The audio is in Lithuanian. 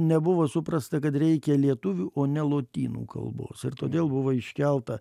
nebuvo suprasta kad reikia lietuvių o ne lotynų kalbos ir todėl buvo iškelta